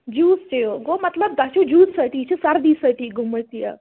juice چیٚیو گوٚو مَطلَب تۄہہِ چھو جوٗس سۭتی یہِ چھُ سردی سۭتی گوٚمُت یہِ